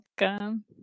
welcome